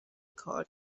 کار